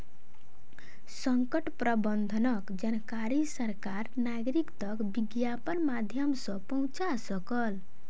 संकट प्रबंधनक जानकारी सरकार नागरिक तक विज्ञापनक माध्यम सॅ पहुंचा सकल